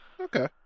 Okay